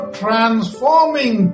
transforming